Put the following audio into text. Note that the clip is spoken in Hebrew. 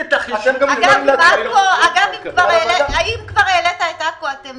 אם כבר העלית את עכו, אתם